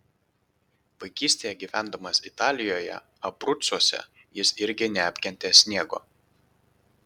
vaikystėje gyvendamas italijoje abrucuose jis irgi neapkentė sniego